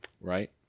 right